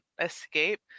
escape